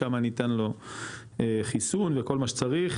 שמה ניתן לו חיסון וכל מה שצריך,